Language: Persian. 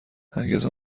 هرگز